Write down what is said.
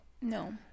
no